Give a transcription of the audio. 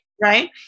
Right